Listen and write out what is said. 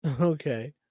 okay